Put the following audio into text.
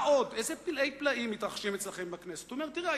מה עוד, איזה פלאי פלאים מתרחשים אצלכם בכנסת?